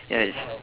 ya it's